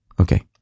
okay